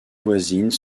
voisines